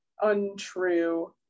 untrue